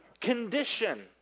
condition